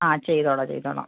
ആ ചെയ്തോളാം ചെയ്തോളാം